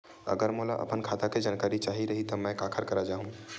अगर मोला अपन खाता के जानकारी चाही रहि त मैं काखर करा जाहु?